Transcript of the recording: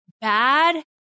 bad